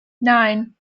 nine